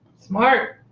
Smart